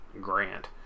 Grant